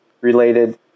related